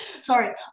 Sorry